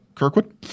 Kirkwood